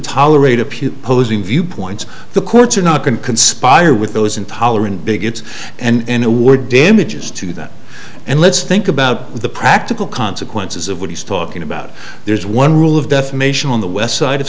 tolerate a pew posing viewpoints the courts are not going to conspire with those intolerant bigots and it were damages to that and let's think about the practical consequences of what he's talking about there's one rule of defamation on the west side of